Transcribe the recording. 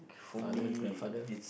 father grandfather